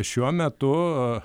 šiuo metu